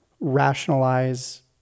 rationalize